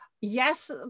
Yes